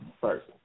first